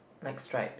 like striped